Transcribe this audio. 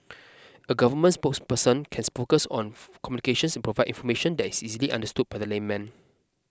a government spokesperson cans focus on communications and provide information that is easily understood by the layman